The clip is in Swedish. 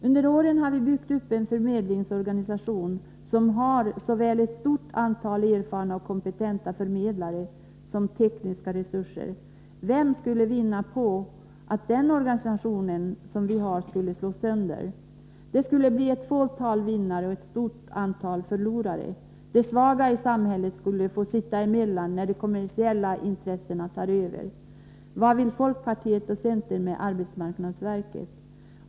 Under åren har vi byggt upp en förmedlingsorganisation som har såväl ett stort antal erfarna och kompetenta förmedlare som tekniska resurser. Vem skulle vinna på att den organisationen slås sönder? Det skulle bli ett fåtal vinnare och ett stort antal förlorare. De svaga i samhället skulle få sitta emellan när de kommersiella intressena tar över. Vad vill folkpartiet och centern med arbetsmarknadsverket?